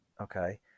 Okay